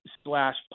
splash